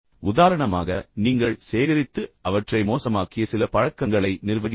உதாரணமாக நீங்கள் சேகரித்து அவற்றை மோசமாக்கிய சில பழக்கங்களை நிர்வகித்தல்